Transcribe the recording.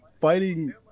fighting